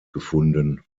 gefunden